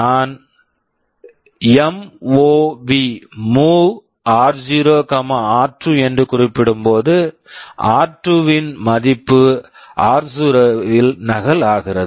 நான் எம்ஓவி ஆர்0 r two MOV r0 r2 என்று கூறும்போது ஆர்2 r2 இன் மதிப்பு ஆர்0 r0 இல் நகல் ஆகிறது